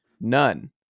none